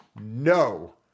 No